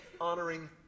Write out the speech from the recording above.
honoring